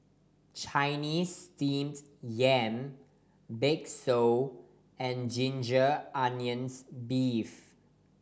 Chinese Steamed Yam bakso and ginger onions beef